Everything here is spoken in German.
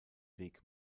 weg